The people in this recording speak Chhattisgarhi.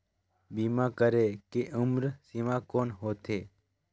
बीमा करे के उम्र सीमा कौन होथे?